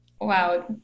Wow